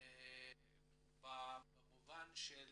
במובן של